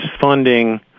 funding